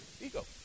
ego